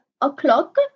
o'clock